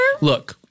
Look